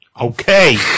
Okay